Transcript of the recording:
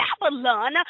Babylon